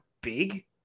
big